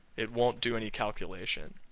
it won't do any calculation.